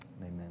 Amen